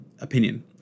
opinion